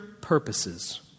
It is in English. purposes